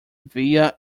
via